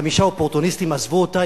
חמישה אופורטוניסטים עזבו אותה,